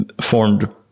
formed